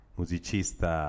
musicista